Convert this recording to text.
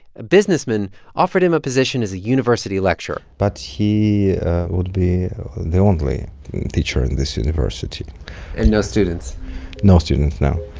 a businessman offered him a position as a university lecturer but he would be the only teacher in this university and no students no students, no.